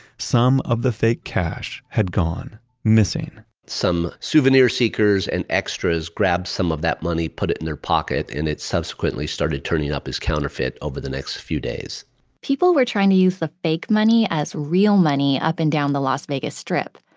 some of the fake cash had gone missing some souvenir seekers and extras grabbed some of that money, put it and their pocket, and it subsequently started turning up as counterfeit over the next few days people were trying to use the fake money as real money up and down the las vegas strip,